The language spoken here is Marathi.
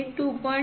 5 आहे